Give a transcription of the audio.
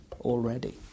already